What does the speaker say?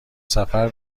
سفر